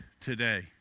today